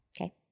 Okay